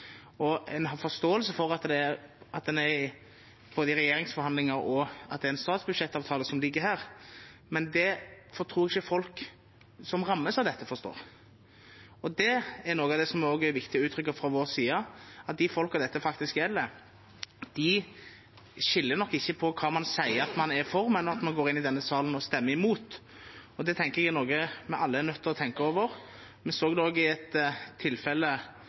har forståelse for at en er i regjeringsforhandlinger, og at det er en statsbudsjettavtale som ligger her, men det tror jeg ikke folk som rammes av dette, forstår. Det er noe av det som også er viktig å uttrykke fra vår side, at dem dette faktisk gjelder, de skiller nok ikke ut fra hva man sier at man er for, men ut fra hva man går inn i denne salen og stemmer imot. Det tenker jeg er noe vi alle er nødt til å tenke over. Vi så det også i et tilfelle